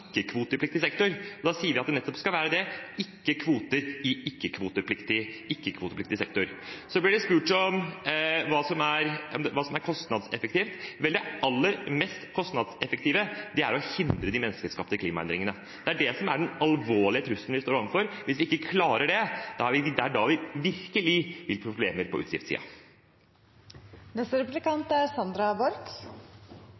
ikke-kvotepliktig sektor. Hør på ordet: ikke-kvotepliktig sektor. Da sier vi at det nettopp skal være det: ikke kvoter i ikke-kvotepliktig sektor. Så blir det spurt om hva som er kostnadseffektivt. Vel, det aller mest kostnadseffektive er å hindre de menneskeskapte klimaendringene. Det er det som er den alvorlige trusselen vi står overfor. Det er hvis vi ikke klarer det, at vi virkelig vil få problemer på